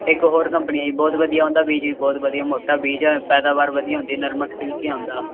ਇੱਕ ਹੋਰ ਕੰਪਨੀ ਆਈ ਬਹੁਤ ਵਧੀਆ ਉਹਨਾਂ ਦਾ ਬੀਜ ਵੀ ਬਹੁਤ ਵਧੀਆ ਮੋਟਾ ਬੀਜ ਹੈ ਪੈਦਾਵਾਰ ਵਧੀਆ ਹੁੰਦੀ ਆ ਨਰਮਾ ਖਿਲ੍ਹ ਕੇ ਆਉਂਦਾ